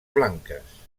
blanques